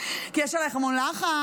כי יש עלייך המון לחץ,